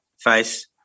face